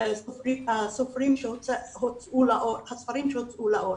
הספרים שהוצאו לאור,